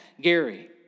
Gary